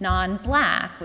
non bla